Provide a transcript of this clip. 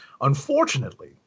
Unfortunately